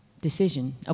decision